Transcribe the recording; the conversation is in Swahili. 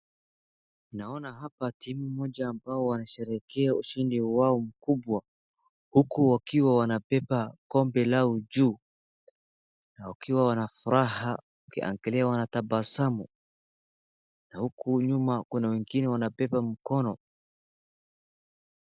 Naona hapa timu moja ambayo wanasherehekea ushindi wao mkibwa huku wakiwa wanabeba kombe lao juu, ikiwa wana furaha, na ukiangalia wanatabasamu, na huku nyuma kuna wengne wanabeba mkono.